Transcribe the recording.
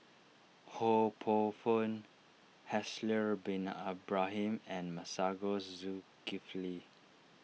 Ho Poh Fun Haslir Bin Ibrahim and Masagos Zulkifli